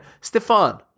Stefan